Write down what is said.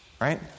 Right